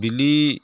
ᱵᱤᱞᱤ